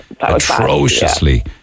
atrociously